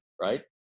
right